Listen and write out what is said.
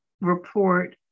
report